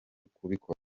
kubikora